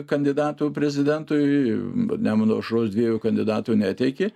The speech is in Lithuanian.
kandidatų prezidentui nemuno aušros dviejų kandidatų neteikė